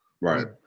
right